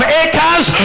acres